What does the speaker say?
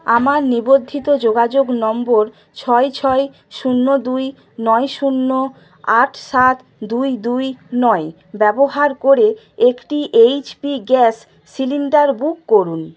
আমার নিবদ্ধিত যোগাযোগ নম্বর ছয় ছয় শূন্য দুই নয় শূন্য আট সাত দুই দুই নয় ব্যবহার করে একটি এইচপি গ্যাস সিলিন্ডার বুক করুন